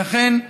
ולכן,